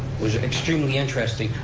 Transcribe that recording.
was extremely interesting.